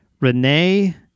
Rene